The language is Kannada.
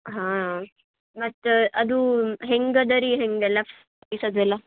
ಹಾಂ ಮತ್ತು ಅದು ಹೆಂಗೆ ಅದ ರೀ ಹೆಂಗೆ ಎಲ್ಲ ಫೆಸಿಲಿಟಿಸ್ ಅದು ಎಲ್ಲ